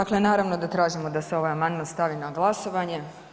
Dakle naravno da tražimo da se ovaj amandman stavi na glasovanje.